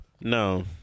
No